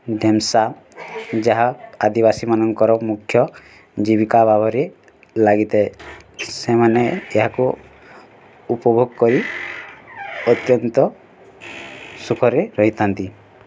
ଧୂମସା ଯାହା ଆଦିବାସୀମାନଙ୍କର ମୁଖ୍ୟ ଜୀବିକା ଭାବରେ ଲାଗିଥାଏ ସେମାନେ ଏହାକୁ ଉପଭୋଗ କରି ଅତ୍ୟନ୍ତ ସୁଖରେ ରହିଥାନ୍ତି